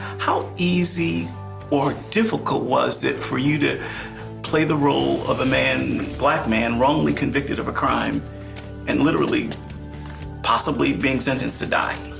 how easy or difficult was it for you to play the role of a black man wrongly convicted of a crime and literally possibly being sentenced to die?